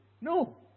No